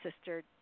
sister